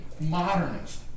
modernist